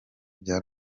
bya